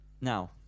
now